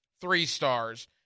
three-stars